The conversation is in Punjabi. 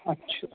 ਅੱਛਾ